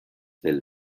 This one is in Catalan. del